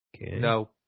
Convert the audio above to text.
No